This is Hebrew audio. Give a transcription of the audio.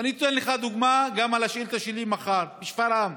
ואני אתן לך דוגמה גם מהשאילתה שלי מחר: בשפרעם,